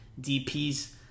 DPS